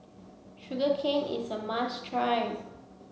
sugar cane is a must try